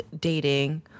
dating